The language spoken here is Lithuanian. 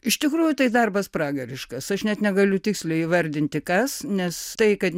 iš tikrųjų tai darbas pragariškas aš net negaliu tiksliai įvardinti kas nes tai kad